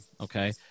Okay